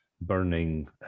burning